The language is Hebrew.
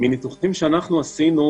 מניתוחים שאנחנו עשינו,